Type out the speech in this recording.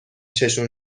چششون